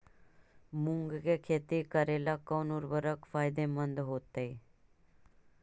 मुंग के खेती करेला कौन उर्वरक फायदेमंद होतइ?